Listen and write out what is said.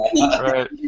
Right